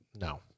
No